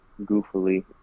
goofily